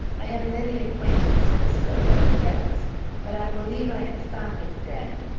i have many acquaintances, but no friends but i believe i have found a friend.